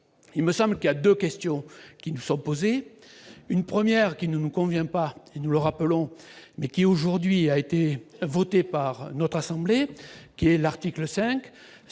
il me semble qu'il y a 2 questions qui nous sont posées : une première qui ne nous convient pas, nous le rappelons mais qui aujourd'hui a été voté par notre assemblée qui est l'article 5